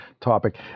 topic